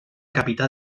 capità